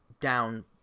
down